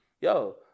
Yo